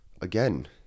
again